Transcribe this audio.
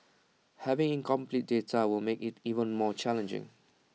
having incomplete data will make IT even more challenging